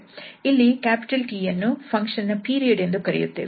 ಇಲ್ಲಿ 𝑇 ಯನ್ನು ಫಂಕ್ಷನ್ ನ ಪೀರಿಯಡ್ ಎಂದು ಕರೆಯುತ್ತೇವೆ